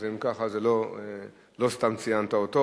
אז אם כך, לא סתם ציינת אותו.